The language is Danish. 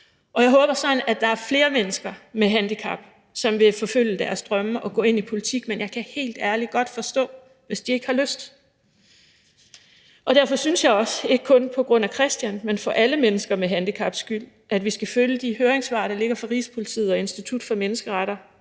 og jeg håber sådan, at der er flere mennesker med handicap, som vil forfølge deres drømme og gå ind i politik, men jeg kan helt ærligt godt forstå, hvis de ikke har lyst. Derfor synes jeg også, ikke kun på grund af Kristian Hegaard, men for alle mennesker med handicaps skyld, at vi skal følge de høringssvar, der ligger fra Rigspolitiet og Institut for Menneskerettigheder,